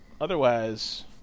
otherwise